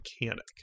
mechanic